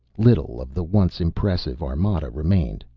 little of the once impressive armada remained.